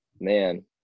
Man